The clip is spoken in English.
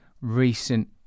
recent